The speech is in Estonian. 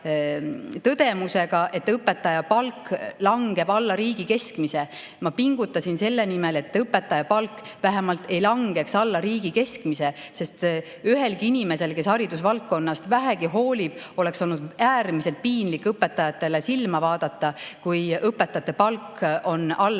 tõdemusega, et õpetajate palk langeb alla riigi keskmise. Ma pingutasin selle nimel, et õpetajate palk vähemalt ei langeks alla riigi keskmise, sest [igal] inimestel, kes haridusvaldkonnast vähegi hoolib, oleks olnud äärmiselt piinlik õpetajatele silma vaadata, kui nende palk on alla